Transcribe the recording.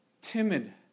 timid